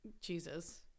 Jesus